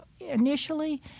initially